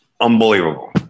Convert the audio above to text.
unbelievable